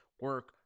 Work